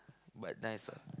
but nice ah